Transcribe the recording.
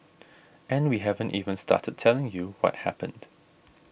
and we haven't even started telling you what happened